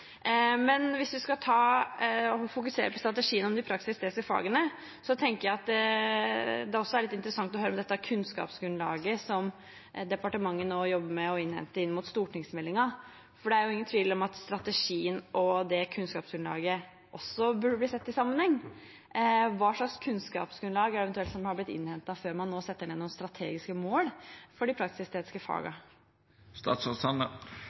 Men hvis vi skal fokusere på strategien om de praktiske og estetiske fagene, tenker jeg at det også er litt interessant å høre om det kunnskapsgrunnlaget som departementet nå jobber med og innhenter inn mot stortingsmeldingen, for det er ingen tvil om at strategien og kunnskapsgrunnlaget burde bli sett i sammenheng. Hva slags kunnskapsgrunnlag er det som eventuelt har blitt innhentet før man nå setter ned noen strategiske mål for de